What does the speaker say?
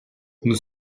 nous